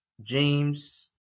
James